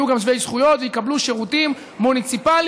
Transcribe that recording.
יהיו גם שווי זכויות ויקבלו גם שירותים מוניציפליים.